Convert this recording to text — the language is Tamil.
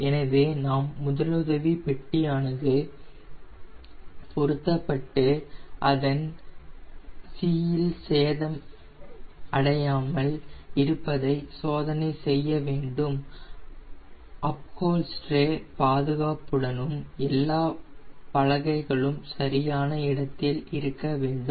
எனவே நாம் முதலுதவி பெட்டி ஆனது சரியாக பொருத்தப்பட்டு அதன் சியில் சேதம் அடையாமல் இருப்பதை சோதனை செய்ய வேண்டும் அப்ஹோல்ஸ்ட்ரே பாதுகாப்புடனும் எல்லா பலகைகளும் சரியான இடத்தில் இருக்க வேண்டும்